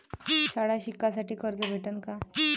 शाळा शिकासाठी कर्ज भेटन का?